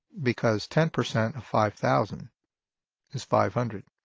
because ten percent of five thousand is five hundred.